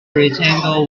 rectangle